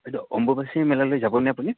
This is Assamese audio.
বাইদেউ অম্বুবাচী মেলালৈ যাবনে আপুনি